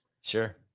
Sure